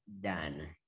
done